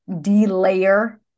de-layer